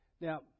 Now